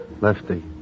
Lefty